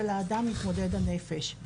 של האדם מתמודד הנפש.